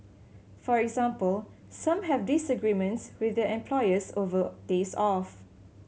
for example some have disagreements with their employers over days off